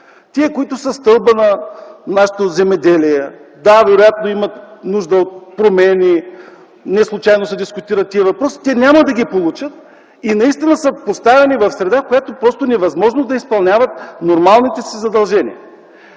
тези, които са стълбът на нашето земеделие (да, вероятно имат нужда от промени и неслучайно се дискутират тези въпроси), те няма да ги получат, и наистина са поставени в среда, в която е невъзможно да изпълняват нормалните си задължения.